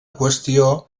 qüestió